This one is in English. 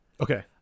Okay